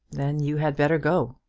then you had better go.